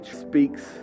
speaks